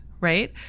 right